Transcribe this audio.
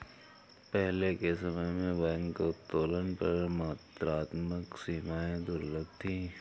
पहले के समय में बैंक उत्तोलन पर मात्रात्मक सीमाएं दुर्लभ थीं